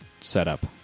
setup